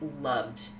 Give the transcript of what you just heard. loved